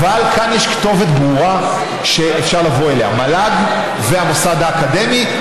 אבל כאן יש כתובת ברורה שאפשר לבוא אליה: מל"ג והמוסד האקדמי.